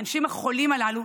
האנשים החולים הללו,